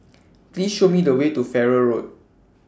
Please Show Me The Way to Farrer Road